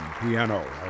Piano